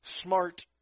smart